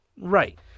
Right